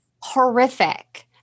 Horrific